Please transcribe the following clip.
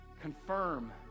confirm